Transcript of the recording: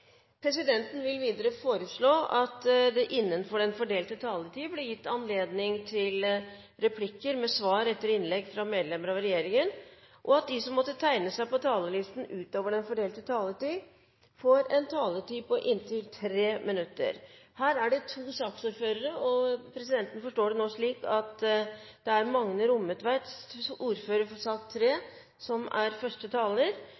presidenten forslå at det blir gitt anledning til replikkordskifte på inntil seks replikker med svar etter innlegg fra medlemmer av regjeringen innenfor den fordelte taletid. Videre blir det foreslått at de som måtte tegne seg på talerlisten utover den fordelte taletid, får en taletid på inntil 3 minutter. – Det anses vedtatt. Her er det to saksordførere, og presidenten forstår det slik at det er Magne Rommetveit, ordfører for sak